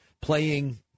playing